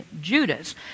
Judas